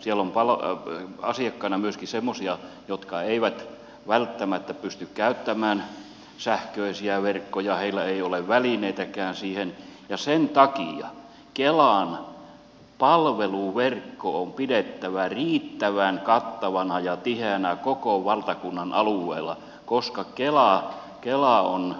siellä on asiakkaina myöskin semmoisia jotka eivät välttämättä pysty käyttämään sähköisiä verkkoja heillä ei ole välineitäkään siihen ja sen takia kelan palveluverkko on pidettävä riittävän kattavana ja tiheänä koko valtakunnan alueella koska kela on